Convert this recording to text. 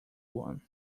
one